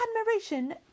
admiration